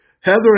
Heather